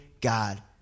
God